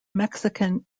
mexican